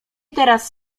teraz